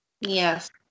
yes